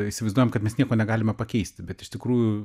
įsivaizduojam kad mes nieko negalime pakeisti bet iš tikrųjų